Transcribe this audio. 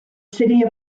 city